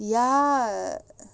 ya